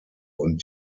und